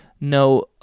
No